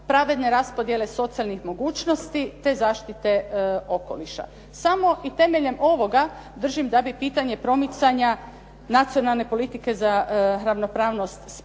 pravedne raspodjele socijalnih mogućnosti, te zaštite okoliša. Samo i temeljem ovoga držim da bi pitanje promicanja Nacionalne politike za ravnopravnost spolova